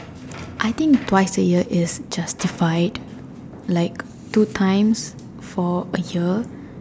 I think twice a year is just tified like two times for a year